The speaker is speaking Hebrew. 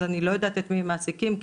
אז אני לא יודעת את מי הם מעסיקים כי